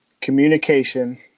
communication